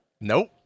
nope